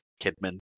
Kidman